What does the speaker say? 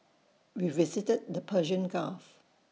we visited the Persian gulf